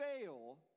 fail